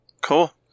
Cool